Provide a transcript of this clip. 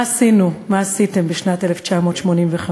מה עשינו, מה עשיתם בשנת 1985,